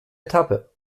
etappe